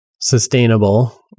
sustainable